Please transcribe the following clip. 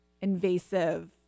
invasive